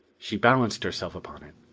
she balanced herself upon it.